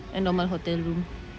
a normal hotel room